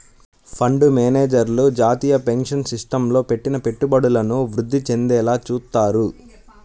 fund మేనేజర్లు జాతీయ pension సిస్టమ్లో పెట్టిన పెట్టుబడులను వృద్ధి చెందేలా చూత్తారు